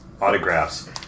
autographs